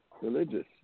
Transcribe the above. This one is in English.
religious